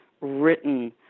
written